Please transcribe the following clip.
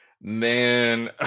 Man